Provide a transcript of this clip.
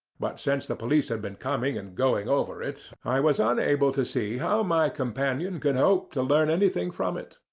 but since the police had been coming and going over it, i was unable to see how my companion could hope to learn anything from it.